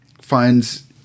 finds